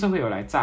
ya so